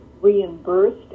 reimbursed